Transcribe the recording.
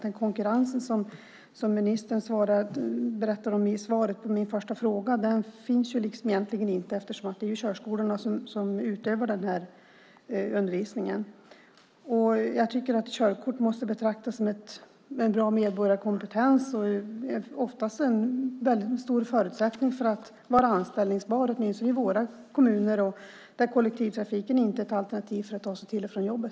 Den konkurrens som ministern berättar om i svaret på min första fråga finns egentligen inte eftersom det är körskolorna som utövar undervisningen. Jag tycker att körkort måste betraktas som en bra medborgarkompetens. Ofta är det också en förutsättning för att man ska vara anställningsbar, åtminstone i våra kommuner där kollektivtrafiken inte är ett alternativ för att ta sig till och från jobbet.